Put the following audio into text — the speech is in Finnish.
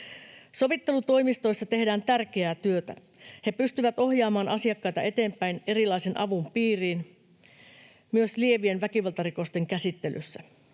Sovittelutoimistoissa tehdään tärkeää työtä. He pystyvät ohjaamaan asiakkaita eteenpäin erilaisen avun piiriin myös lievien väkivaltarikosten käsittelyssä.